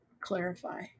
clarify